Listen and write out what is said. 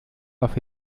auf